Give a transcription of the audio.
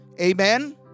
Amen